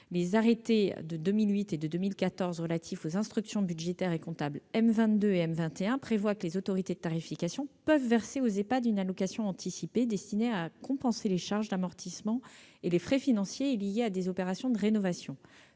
les arrêtés de 2008 et de 2014 relatifs aux instructions budgétaires et comptables M22 et M21 prévoient que les autorités de tarification peuvent verser aux Ehpad une allocation anticipée destinée à compenser les charges d'amortissement et les frais financiers liés à des opérations de rénovation